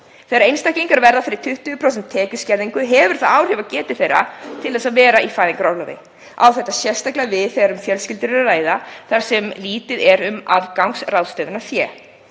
Þegar einstaklingar verða fyrir 20% tekjuskerðingu hefur það áhrif á getu þeirra til þess að vera í fæðingarorlofi. Á þetta sérstaklega við þegar um fjölskyldur er að ræða þar sem lítið er um afgangsráðstöfunarfé.